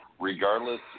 regardless